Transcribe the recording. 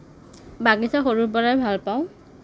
বাগিছা সৰুৰ পৰাই ভাল পাওঁ